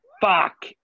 Fuck